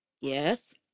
Yes